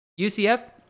UCF